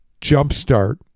jumpstart